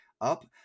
up